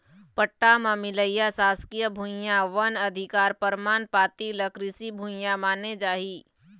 पट्टा म मिलइया सासकीय भुइयां, वन अधिकार परमान पाती ल कृषि भूइया माने जाही